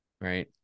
right